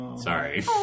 Sorry